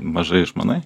mažai išmanai